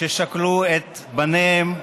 ששכלו את בניהן,